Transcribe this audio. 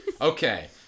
okay